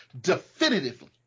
definitively